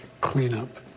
cleanup